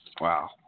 Wow